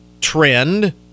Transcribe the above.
trend